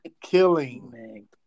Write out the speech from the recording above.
Killing